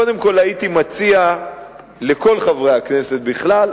קודם כול הייתי מציע לכל חברי הכנסת בכלל,